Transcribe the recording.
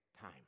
time